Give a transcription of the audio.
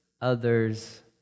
others